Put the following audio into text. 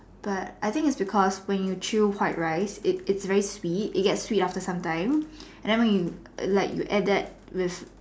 but I think is because when you chew white rice it's very sweet it get sweet after sometime and when you like you add that with